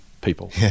people